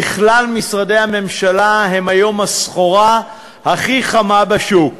בכלל משרדי הממשלה, הם היום הסחורה הכי חמה בשוק,